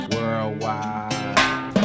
Worldwide